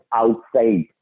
outside